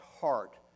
heart